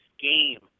game